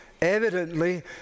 evidently